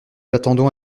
l’attendons